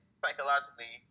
psychologically